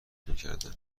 میکردن